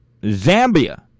Zambia